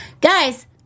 guys